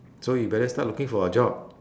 so you better start looking for a job